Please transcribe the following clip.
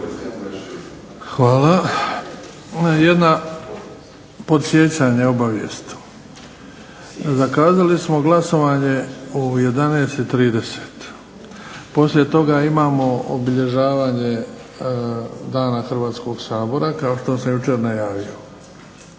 Hvala. Imam jedno podsjećanje, obavijest. Zakazali smo glasovanje u 11,30. Poslije toga imamo obilježavanje Dana Hrvatskog sabora kao što sam jučer najavio.